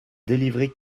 délivrés